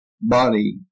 body